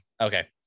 Okay